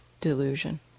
delusion